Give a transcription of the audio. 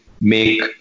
make